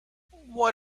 what